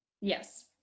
Yes